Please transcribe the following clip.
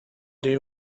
they